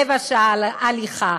רבע שעה הליכה.